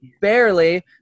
barely